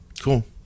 Cool